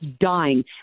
dying